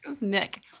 Nick